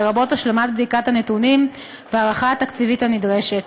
לרבות השלמת בדיקת הנתונים וההערכה התקציבית הנדרשת.